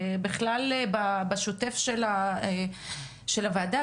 בכלל בשוטף של הוועדה,